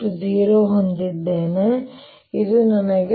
H 0 ಹೊಂದಿದ್ದೇನೆ ಇದು ನನಗೆ